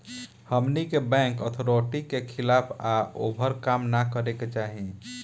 हमनी के bank authority के खिलाफ या ओभर काम न करे के चाही